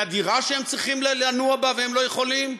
לדירה שהם צריכים לנוע בה והם לא יכולים,